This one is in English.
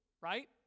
right